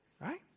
right